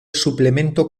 suplemento